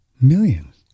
millions